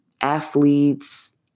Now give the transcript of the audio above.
Athletes